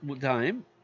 time